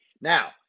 Now